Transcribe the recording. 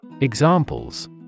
Examples